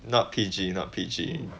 not P_G not P_G